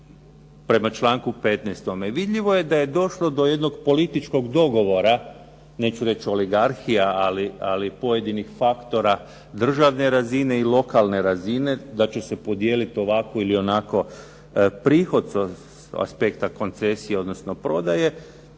prema članku 15. vidljivo je da je došlo do jednog političkog dogovora, neću reći oligarhija, ali pojedinih faktora državne razine i lokalne razine da će se podijeliti ovako ili onako prihod sa aspekta koncesije, odnosno prodaje.